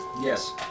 Yes